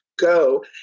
go